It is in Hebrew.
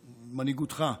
ומנהיגותך,